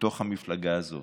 לתוך המפלגה הזאת,